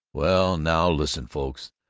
well, now listen, folks!